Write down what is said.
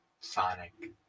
Sonic